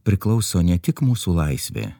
priklauso ne tik mūsų laisvė